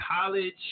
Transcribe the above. college